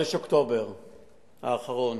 בחודש אוקטובר האחרון